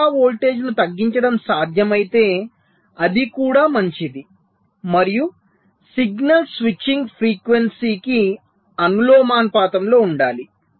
సరఫరా వోల్టేజ్ను తగ్గించడం సాధ్యమైతే అది కూడా మంచిది మరియు సిగ్నల్ స్విచ్చింగ్ ఫ్రీక్వెన్సీకి అనులోమానుపాతంలో ఉండాలి